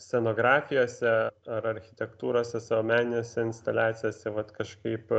scenografijose ar architektūrose savo meninėse instaliacijose vat kažkaip